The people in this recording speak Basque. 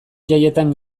jaietan